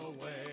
away